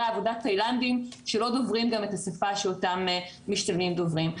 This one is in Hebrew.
עבודה תאילנדים שלא דוברים גם את השפה שאותם משתלמים דוברים.